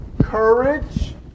courage